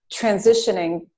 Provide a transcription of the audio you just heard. transitioning